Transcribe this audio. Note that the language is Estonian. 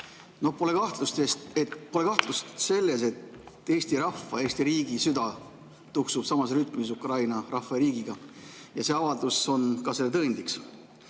Pole kahtlust selles, et Eesti rahva ja Eesti riigi süda tuksub samas rütmis Ukraina rahva ja riigiga. Ja see avaldus on ka selle tõendiks.